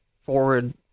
forward